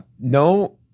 no